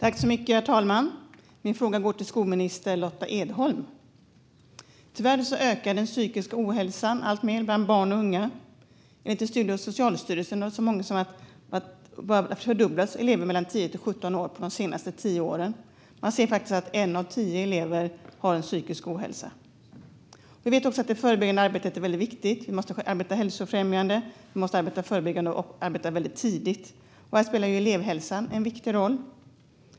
Herr talman! Min fråga går till skolminister Lotta Edholm. Tyvärr ökar den psykiska ohälsan alltmer bland barn och unga. Enligt en studie av Socialstyrelsen har den till och med fördubblats bland elever mellan 10 och 17 år under de senaste tio åren. Man ser faktiskt att en av tio elever har en psykisk ohälsa. Vi vet också att det förebyggande arbetet är väldigt viktigt. Vi måste arbeta hälsofrämjande och förebyggande och göra tidiga insatser. Här spelar elevhälsan en viktig roll.